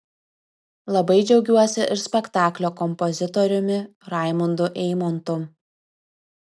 labai džiaugiuosi ir spektaklio kompozitoriumi raimundu eimontu